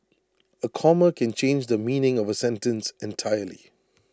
A comma can change the meaning of A sentence entirely